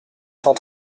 cent